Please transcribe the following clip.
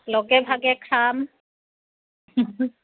লগে ভাগে খাম